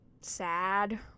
sad